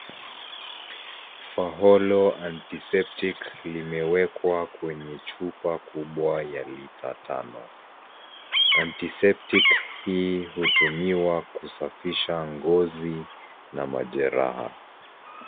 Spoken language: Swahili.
Faholo Antiseptic limewekwa kwenye chupa kubwa ya lita tano. Antiseptic hii hutumiwa kusafisha ngozi na majeraha.